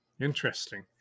interesting